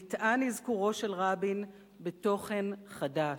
נטען אזכורו של רבין בתוכן חדש,